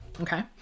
Okay